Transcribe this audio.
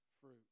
fruit